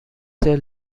this